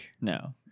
No